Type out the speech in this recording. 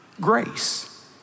grace